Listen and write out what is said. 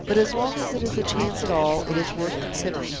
but as long as it is a chance at all, it is worth considering.